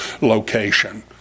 location